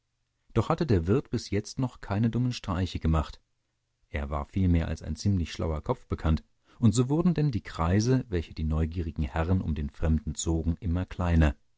doch hatte der wirt bis jetzt noch keine dummen streiche gemacht er war vielmehr als ein ziemlich schlauer kopf bekannt und so wurden denn die kreise welche die neugierigen herren um den fremden zogen immer kleiner